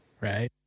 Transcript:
right